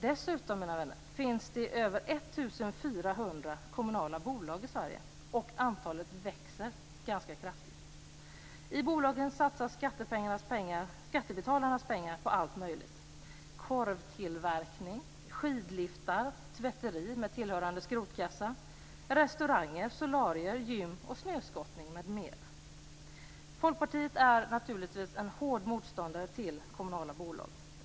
Dessutom, mina vänner, finns det över 1 400 kommunala bolag i Sverige - och antalet växer ganska kraftigt. I bolagen satsas skattebetalarnas pengar på allt möjligt - korvtillverkning, skidliftar, tvätteri med tillhörande skrotkassa, restauranger, solarier, gym och snöskottning, m.m. Folkpartiet är naturligtvis en hård motståndare till kommunala bolag.